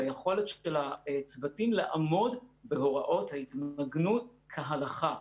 ביכולת של הצוותים לעמוד בהוראות ההתמגנות כהלכה.